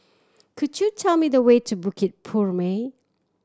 could you tell me the way to Bukit Purmei